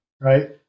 right